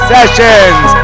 Sessions